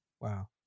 wow